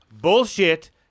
bullshit